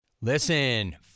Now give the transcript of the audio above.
listen